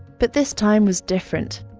but this time was different.